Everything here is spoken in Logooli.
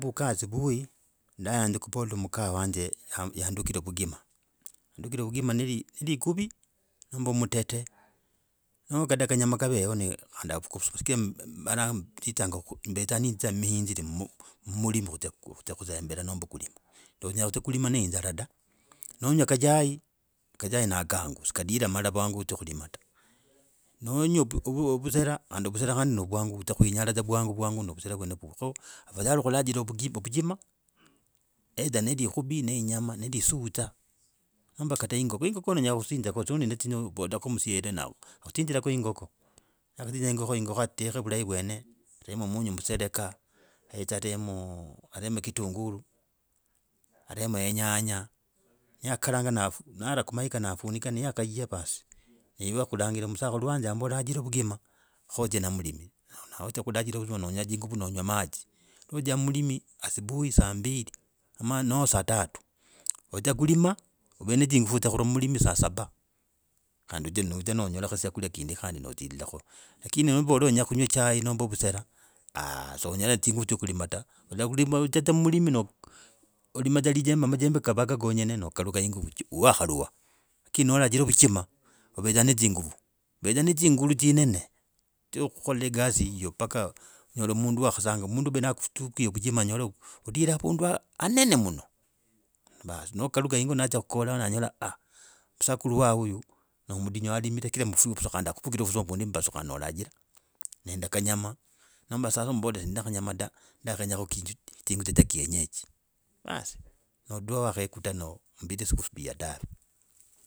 Nembuka asubui, nayanza guvola mkahe wanje yandukre vukima, yandukre vukima nelikuvi, nomba mutete no kada kanyama kaveho, ne, khandi auukuse. Sigara mbarara, mbeza nendiza mu mihinzi, mu mulimi kuzya, kuzya kuzembira nomba kulima, nonywa kachai. Kachai na kangu si kadira mala vwangu adzia kulima da, nonywa busela khandi busela khandi no vwangu widza kwinyala vwangu vwangu no vusola vweno vuwa ko, afathali kulajira ovusuma, eithe ne likhuvi, ne inyama ne lisudza, nomba kata ne ingoko onyola kusinzaka. noli nondo tsyo ovolako msyele na kusinziraka ingoko. Niyakusinziraka ingoko ateke vulahi vwene, areke ungu mseroka yetse atemo, aremo kitunguu, aremo enyanya ni yakakaranga nafu, naraa kumahiga nafunika kaye baas ne ive akuranjira msakhulu wanje amba orajire vugima khodzie namulimi nawe adzia nangwaa madzi nodzia kulima ov ne zingufu dzyo kutula mumulimi saa saba. Khana odzya nonyola syakula kindi notsilako. Lakini novola kunyaa echai, nomba busela aah sonyola dzingafu dzyo kulima da. otsia mumulimi nolima lijembe, majembe kavaka konyene nokaluka hengo wakalua lakini nolajira vuchima, ovedza nezingufu, ovedza nezingulu zinene, dzyokola ekasi yiyo mpaka onyola mundu wakhasangala mundu uvere na akufutukie vuchima anyola udirre avundu anene muna baas nakalunga hongo, natsia kurora avola aah musakulu waa oyu, no mudinyu, alimre nakufukira vusuma vundi mumba kandi nolajira, nende kanyama, nomba sasa ombol kanyama da ndakenya zingutsa za kienyeji haas noturaha wakokuta mumbili sikuvyaa.